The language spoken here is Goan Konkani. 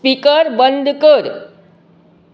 स्पीकर बंद कर